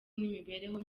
n’imibereho